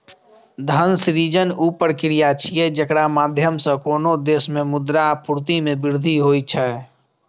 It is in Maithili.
धन सृजन ऊ प्रक्रिया छियै, जेकरा माध्यम सं कोनो देश मे मुद्रा आपूर्ति मे वृद्धि होइ छै